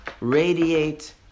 radiate